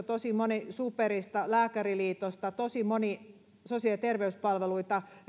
tosi moni tehystä superista ja lääkäriliitosta ja tosi moni sosiaali ja terveyspalveluita